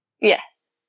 Yes